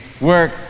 work